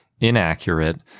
inaccurate